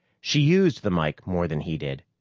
she used the mike more than he did.